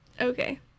Okay